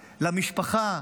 למשפחה,